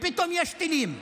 ופתאום יש טילים.